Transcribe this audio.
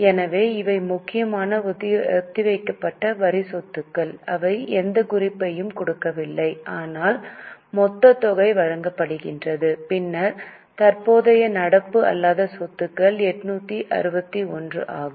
எனவே இவை முக்கியமாக ஒத்திவைக்கப்பட்ட வரி சொத்துக்கள் அவை எந்த குறிப்பையும் கொடுக்கவில்லை ஆனால் மொத்த தொகை வழங்கப்படுகிறது பின்னர் தற்போதைய நடப்பு அல்லாத சொத்துக்கள் 861 ஆகும்